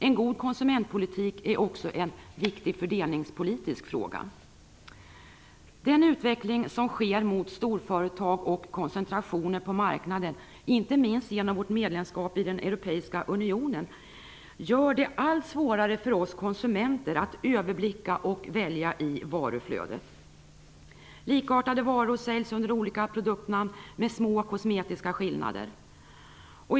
En god konsumentpolitik är också en viktig fördelningspolitisk fråga. Den utveckling som sker mot storföretag och koncentrationer på marknaden, inte minst genom vårt medlemskap i den europeiska unionen, gör det allt svårare för oss konsumenter att överblicka och välja i varuflödet. Likartade varor med små kosmetiska skillnader säljs under olika produktnamn.